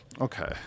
Okay